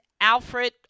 Alfred